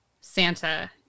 Santa